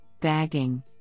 bagging